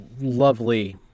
lovely